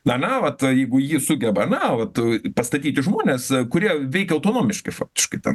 na na vat jeigu ji sugeba na vat pastatyti žmones kurie veikė autonomiškai faktiškai ten